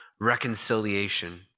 reconciliation